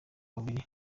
babiri